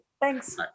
Thanks